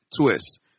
twist